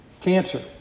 Cancer